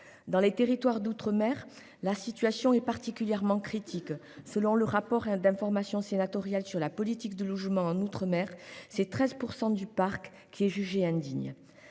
Dans les territoires d'outre-mer, la situation est particulièrement critique. Selon le rapport d'information sénatorial sur la politique du logement en outre-mer, près de 13 % du parc sont jugés indignes.